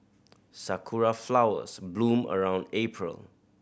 sakura flowers bloom around April